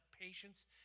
patience